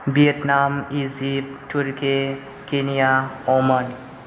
Vietnam Egypt turkey Kenya Oman